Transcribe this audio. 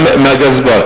מהגזבר.